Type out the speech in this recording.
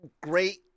Great